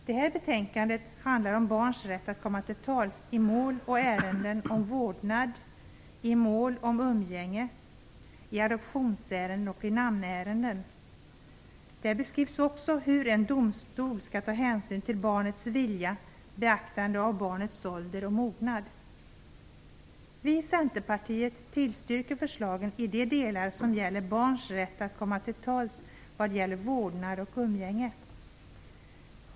Det här betänkandet handlar om barns rätt att komma till tals i mål och ärenden om vårdnad, i mål om umgänge, i adoptionsärenden och i namnärenden. Där beskrivs också hur en domstol skall ta hänsyn till barnets vilja med beaktande av barnets ålder och mognad. Vi i Centerpartiet tillstyrker förslagen i de delar som gäller barns rätt att komma till tals vad gäller vårdnad och umgänge.